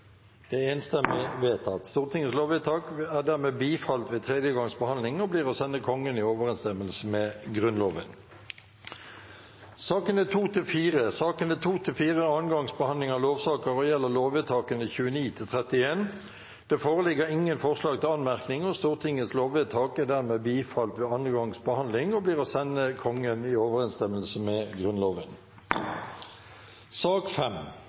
Stortingets lovvedtak er dermed bifalt ved tredje gangs behandling og blir å sende Kongen i overensstemmelse med Grunnloven. Sakene nr. 2–4 er andre gangs behandling av lover og gjelder lovvedtakene 29–31. Det foreligger ingen forslag til anmerkning, og Stortingets lovvedtak er dermed bifalt ved andre gangs behandling og blir å sende Kongen i overensstemmelse med Grunnloven.